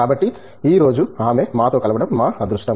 కాబట్టి ఈ రోజు ఆమె మాతో కలవడం మా అదృష్టం